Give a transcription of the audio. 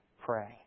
pray